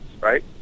right